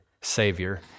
Savior